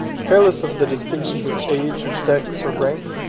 careless of the distinctions of age, or sex, or rank,